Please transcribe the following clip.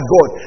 God